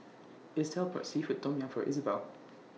Itzel bought Seafood Tom Yum For Izabelle